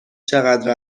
چقدر